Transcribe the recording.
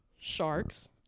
sharks